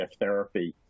therapy